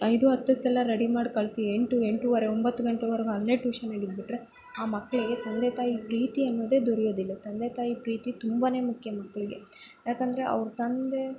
ಐದು ಹತಕ್ಕೆ ಎಲ್ಲ ರೆಡಿ ಮಾಡಿ ಕಳಿಸಿ ಎಂಟು ಎಂಟೂವರೆ ಒಂಬತ್ತು ಗಂಟೆವರೆಗೂ ಅಲ್ಲೇ ಟ್ಯೂಷನ್ಯಾಗೆ ಇದ್ಬಿಟ್ರೆ ಆ ಮಕ್ಳಿಗೆ ತಂದೆ ತಾಯಿ ಪ್ರೀತಿ ಅನ್ನೋದೇ ದೊರೆಯೋದಿಲ್ಲ ತಂದೆ ತಾಯಿ ಪ್ರೀತಿ ತುಂಬನೇ ಮುಖ್ಯ ಮಕ್ಳಿಗೆ ಯಾಕೆಂದ್ರೆ ಅವ್ರ ತಂದೆ